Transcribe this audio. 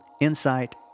insight